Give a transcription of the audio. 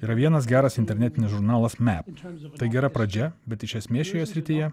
yra vienas geras internetinis žurnalas mep tai gera pradžia bet iš esmės šioje srityje